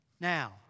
Now